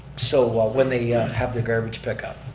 so when they have their garbage pick up.